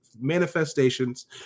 manifestations